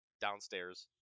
downstairs